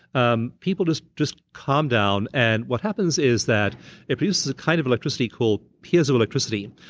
um people just just calm down and what happens is that it produces a kind of electricity called piezoelectricity,